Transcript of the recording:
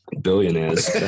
billionaires